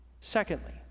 Secondly